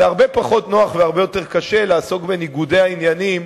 זה הרבה פחות נוח והרבה יותר קשה לעסוק בניגודי העניינים